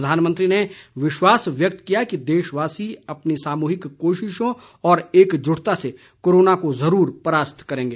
प्रधानमंत्री ने विश्वास व्यक्त किया कि देशवासी अपनी सामूहिक कोशिशों और एकजुटता से कोरोना को जरूर परास्त करेंगे